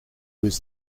was